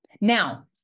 Now